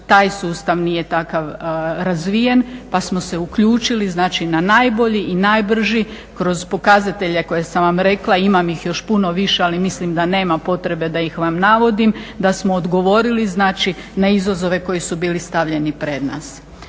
taj sustav nije takav razvijen pa smo se uključili znači na najbolji i najbrži kroz pokazatelje koje sam vam rekla, imam ih još puno više ali mislim da nema potrebe da vam ih navodim, da smo odgovorili znači na izazove koji su bili stavljeni pred nas.